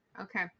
Okay